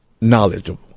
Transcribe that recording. Knowledgeable